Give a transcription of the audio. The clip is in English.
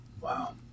Wow